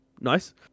Nice